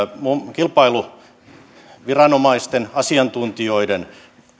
kilpailuviranomaisten asiantuntijoiden